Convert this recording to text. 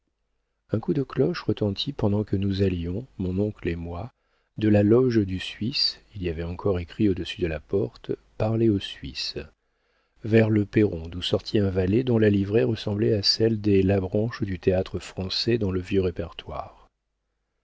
un coup de cloche retentit pendant que nous allions mon oncle et moi de la loge du suisse il y avait encore écrit au-dessus de la porte parlez au suisse vers le perron d'où sortit un valet dont la livrée ressemblait à celle des labranche du théâtre-français dans le vieux répertoire